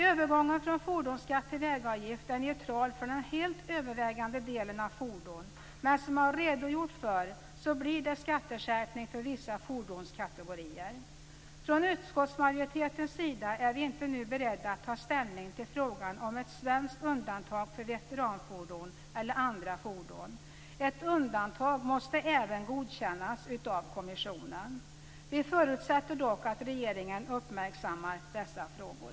Övergången från fordonsskatt till vägavgift är neutral för den helt övervägande delen av fordon, men som jag redogjort för blir det skatteskärpning för vissa fordonskategorier. Från utskottsmajoritetens sida är vi inte nu beredda att ta ställning till frågan om ett svenskt undantag för veteranfordon eller andra fordon. Ett undantag måste även godkännas av kommissionen. Vi förutsätter dock att regeringen uppmärksammar dessa frågor.